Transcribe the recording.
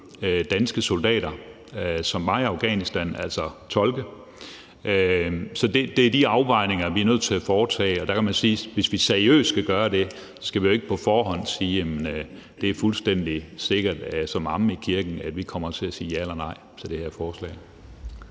danske soldater, som var i Afghanistan, altså tolke. Så det er de afvejninger, vi er nødt til at foretage. Der kan man sige, at hvis vi seriøst skal gøre det, skal vi ikke på forhånd sige, at det er fuldstændig sikkert som amen i kirken, at vi kommer til at sige ja eller nej til det her forslag.